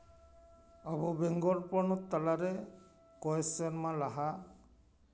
ᱟᱵᱚ ᱵᱮᱝᱜᱚᱞ ᱯᱚᱱᱚᱛ ᱛᱟᱞᱟᱨᱮ ᱠᱚᱭ ᱥᱮᱨᱢᱟ ᱞᱟᱦᱟ